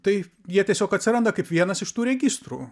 tai jie tiesiog atsiranda kaip vienas iš tų registrų